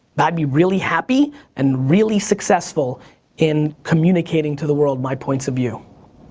i'd be really happy and really successful in communicating to the world my points of view.